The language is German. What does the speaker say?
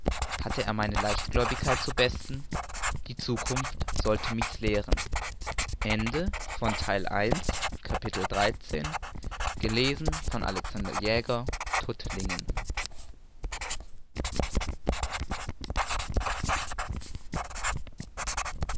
hatte er meine leichtgläubigkeit zu besten die zukunft sollte mich's lehren